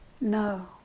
No